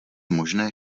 možné